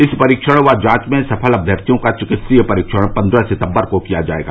इस परीक्षण व जांच में सफल अभ्यर्थियों का चिकित्सीय परीक्षण पन्द्रह सितम्बर को किया जायेगा